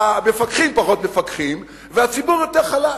המפקחים פחות מפקחים והציבור יותר חלש.